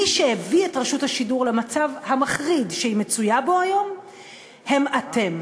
מי שהביא את רשות השידור למצב המחריד שהיא מצויה בו היום זה אתם,